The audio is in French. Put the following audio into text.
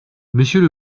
monsieur